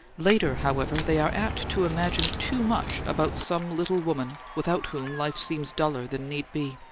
later, however, they are apt to imagine too much about some little woman without whom life seems duller than need be.